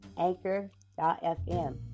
anchor.fm